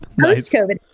post-covid